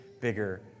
bigger